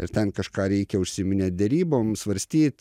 ir ten kažką reikia užsiminėt derybom svarstyt